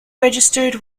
registered